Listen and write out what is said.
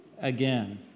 again